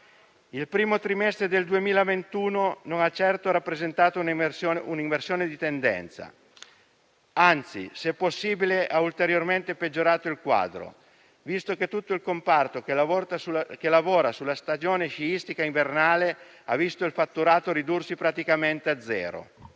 Il primo trimestre del 2021 non ha certo rappresentato un'inversione di tendenza; anzi, se possibile, ha ulteriormente peggiorato il quadro, visto che tutto il comparto che lavora sulla stagione sciistica invernale ha visto il fatturato ridursi praticamente a zero.